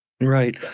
Right